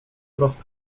wprost